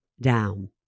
down